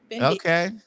Okay